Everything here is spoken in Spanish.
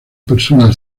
personal